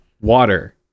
water